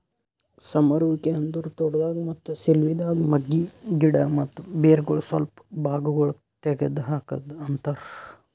ಸಮರುವಿಕೆ ಅಂದುರ್ ತೋಟದಾಗ್, ಮತ್ತ ಸಿಲ್ವಿದಾಗ್ ಮಗ್ಗಿ, ಗಿಡ ಮತ್ತ ಬೇರಗೊಳ್ ಸ್ವಲ್ಪ ಭಾಗಗೊಳ್ ತೆಗದ್ ಹಾಕದ್ ಅಂತರ್